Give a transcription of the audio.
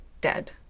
dead